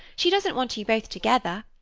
she doesn't want you both together,